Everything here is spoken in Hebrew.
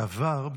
בעבר,